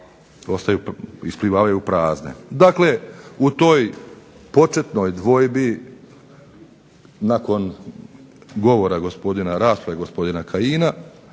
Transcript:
isplivavaju prazne. Dakle, u toj početnoj dvojbi nakon govora gospodina, rasprave gospodina Kajina